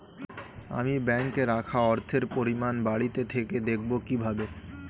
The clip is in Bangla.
আমি ব্যাঙ্কে রাখা অর্থের পরিমাণ বাড়িতে থেকে দেখব কীভাবে?